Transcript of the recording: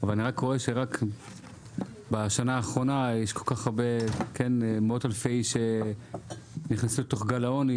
אבל אני רואה שבשנה האחרונה יש מאות אלפים שנכנסו לגל העוני,